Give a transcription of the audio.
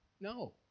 no